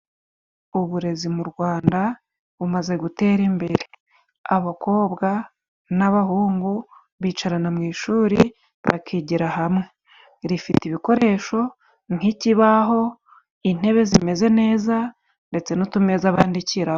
Uburezi mu Rwanda bumaze gutera imbere abakobwa, n'abahungu bicarana mu ishuri bakigira hamwe. Rifite ibikoresho nk'ikibaho, intebe zimeze neza, ndetse n'utumeza bandikiraho.